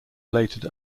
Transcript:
related